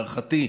להערכתי,